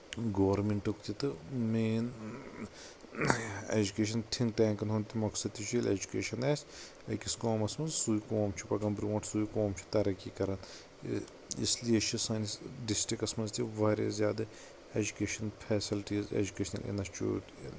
گورمینٹُک تہِ تہٕ main education ہنٛد تیکن ہُنٛد تہِ مقصد تہِ چھُ ییٚلہِ اٮ۪جکیشن آسہِ أکِس قومس منٛز سُے قوم چھُ پکان برٛونٹھ سُے قوم چھُ ترقی کران اسلیے چھُ سٲنِس ڈسٹرکس منٛز تہِ واریاہ زیادٕ اٮ۪جکیشن فیسلٹیٖز اٮ۪جکیشنل انسوچوٗٹ